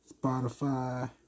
Spotify